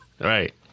Right